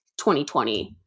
2020